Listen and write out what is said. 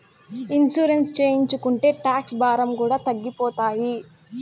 insurance చేయించుకుంటే tax భారం కూడా తగ్గిపోతాయి